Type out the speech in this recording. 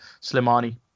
Slimani